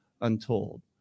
untold